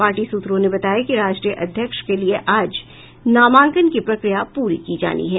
party सूत्रों ने बताया कि राष्ट्रीय अध्यक्ष के लिए आज नामांकन की प्रक्रिया पूरी की जानी है